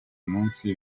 munsi